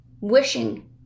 Wishing